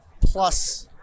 plus